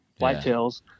whitetails